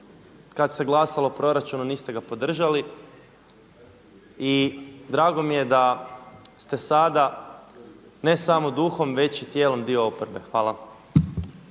kada se glasalo o proračunu niste ga podržali i drago mi je da ste sada ne samo duhom već i tijelom dio oporbe. Hvala.